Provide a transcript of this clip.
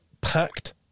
packed